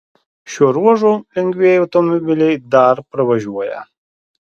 šiuo ruožu lengvieji automobiliai dar pravažiuoja